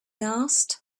asked